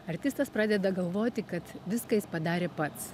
artistas pradeda galvoti kad viską jis padarė pats